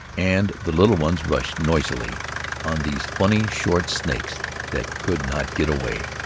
and the little ones rushed noisily on these funny, short snakes that could not get away,